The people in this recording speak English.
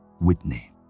Whitney